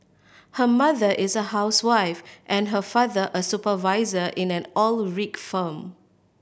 her mother is a housewife and her father a supervisor in an oil rig firm